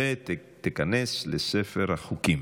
ותיכנס לספר החוקים.